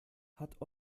hat